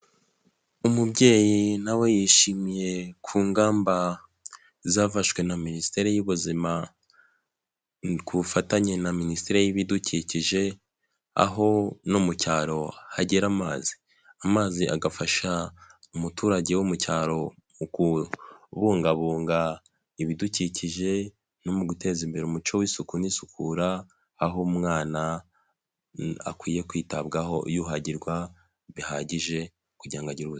Umubyeyi nawe yishimiye ku ngamba zafashwe na minisiteri y'ubuzima ku bufatanye na minisiteri y'ibidukikije aho no mu cyaro hagera amazi, amazi agafasha umuturage wo mu cyaro mu kubungabunga ibidukikije no mu guteza imbere umuco w'isuku n'isukura, aho umwana akwiye kwitabwaho yuhagirwa bihagije kugira ngo agire.